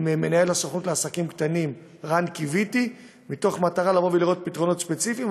עם מנהל הסוכנות לעסקים קטנים רן קיויתי במטרה למצוא פתרונות ספציפיים,